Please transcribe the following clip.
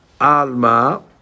Alma